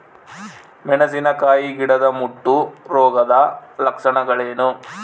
ಮೆಣಸಿನಕಾಯಿ ಗಿಡದ ಮುಟ್ಟು ರೋಗದ ಲಕ್ಷಣಗಳೇನು?